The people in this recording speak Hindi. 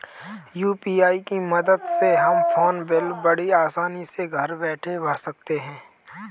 यू.पी.आई की मदद से हम फ़ोन बिल बड़ी आसानी से घर बैठे भर सकते हैं